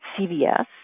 CVS